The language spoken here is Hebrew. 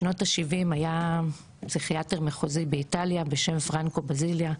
בשנות ה-70' היה פסיכיאטר מחוזי באיטליה בשם פרנקו בזיליה,